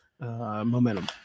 momentum